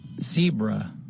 Zebra